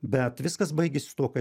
bet viskas baigėsi tuo kad